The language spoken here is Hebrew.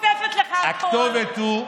הכתובת היא,